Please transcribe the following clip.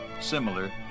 similar